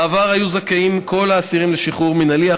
בעבר היו זכאים כל האסירים לשחרור מינהלי,